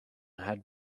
had